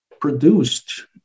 produced